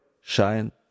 shine